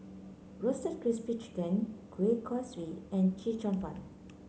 Roasted Crispy Spring Chicken Kueh Kaswi and Chee Cheong Fun